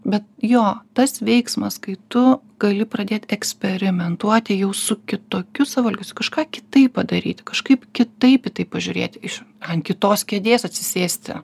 bet jo tas veiksmas kai tu gali pradėt eksperimentuoti jau su kitokiu savo elgesiu kažką kitaip padaryti kažkaip kitaip į tai pažiūrėti iš ant kitos kėdės atsisėsti